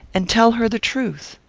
and tell her the truth?